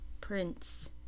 Prince